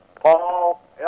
Paul